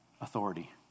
authority